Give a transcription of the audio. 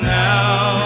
now